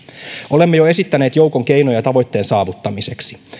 olemme jo esittäneet joukon keinoja tavoitteen saavuttamiseksi